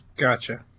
Gotcha